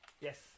Yes